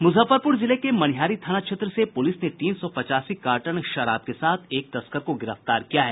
मुजफ्फरपुर जिले के मनिहारी थाना क्षेत्र से पुलिस ने तीन सौं पचासी कार्टन विदेशी शराब के साथ एक तस्कर को गिरफ्तार किया है